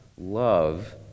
love